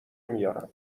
میارم